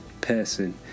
person